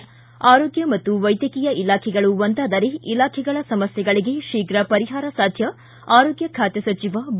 ಿ ಆರೋಗ್ಯ ಮತ್ತು ವೈದ್ಯಕೀಯ ಇಲಾಖೆಗಳು ಒಂದಾದರೆ ಇಲಾಖೆಗಳ ಸಮಸ್ಥೆಗಳಿಗೆ ಶೀಘ್ರ ಪರಿಹಾರ ಸಾಧ್ಯ ಆರೋಗ್ಯ ಖಾತೆ ಸಚಿವ ಬಿ